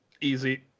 Easy